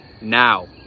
now